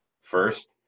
first